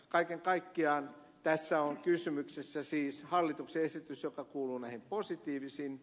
kaiken kaikkiaan tässä on kysymyksessä siis hallituksen esitys joka kuuluu näihin positiivisiin